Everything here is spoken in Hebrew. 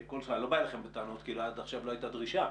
לא בא אליכם בטענות, כי עד עכשיו לא הייתה דרישה,